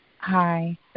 Hi